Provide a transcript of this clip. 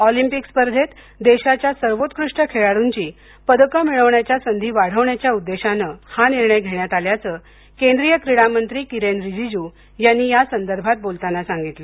Olympic स्पर्धेत देशाच्या सर्वोत्कृष्ट खेळाडूंचीपदक मिळण्याच्या संधि वाढवण्याच्या उद्देशानं हा निर्णय घेण्यात आल्याचं केंद्रीय क्रीडामंत्री किरेन रिजिजू यांनी या संदर्भात बोलताना सांगितलं